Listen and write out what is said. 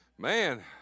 Man